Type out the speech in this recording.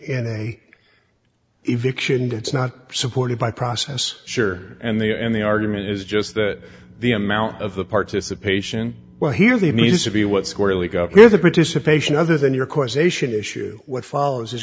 and it's not supported by process sure and the and the argument is just that the amount of the participation well here they need to be what squarely got here the participation other than your causation issue what follows is